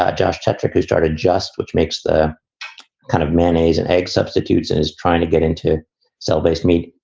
ah josh tetrick, who started just which makes the kind of man age and egg substitutes, and is trying to get into cell-based meat.